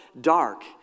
dark